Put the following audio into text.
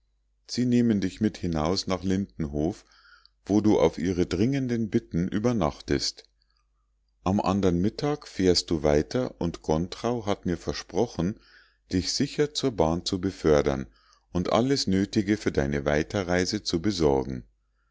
sie nehmen dich mit hinaus nach lindenhof wo du auf ihre dringenden bitten übernachtest am andern mittag fährst du weiter und gontrau hat mir versprochen dich sicher zur bahn zu befördern und alles nötige für deine weiterreise zu besorgen